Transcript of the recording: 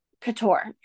couture